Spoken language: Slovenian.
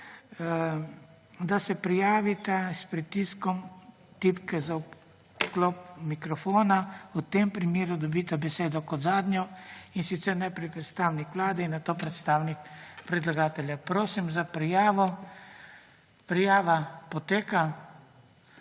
da se prijavita s pritiskom tipke za vklop mikrofona. V tem primeru dobita besedo kot zadnja, in sicer najprej predstavnik vlade in nato predstavnik predlagatelja. Prosim za prijavo. Prijava poteka.